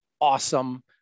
awesome